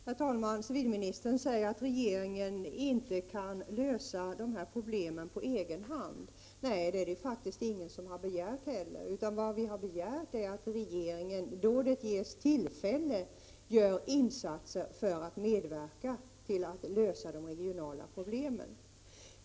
Herr talman! Civilministern säger att regeringen inte kan lösa de här problemen på egen hand. Ingen har begärt det heller, utan vad vi har begärt är att regeringen, då det ges tillfälle, gör insatser för att medverka till att lösa 65 de regionalpolitiska problemen.